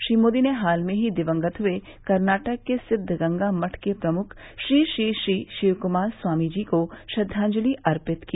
श्री मोदी ने हाल ही में दिवंगत हुए कर्नाटक के सिद्धगंगा मठ के प्रमुख श्री श्री श्री श्री शिव कुमार स्वामीजी को श्रद्वांजलि अर्पित की